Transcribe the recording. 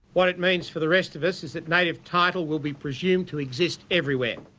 what it means for the rest of us is that native title will be presumed to exist everywhere.